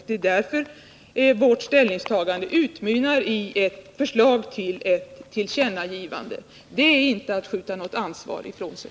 Det är därför vårt ställningstagande utmynnar i ett förslag till ett tillkännagivande. Det är inte att skjuta ansvaret ifrån sig.